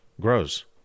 grows